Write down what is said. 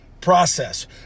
process